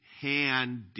hand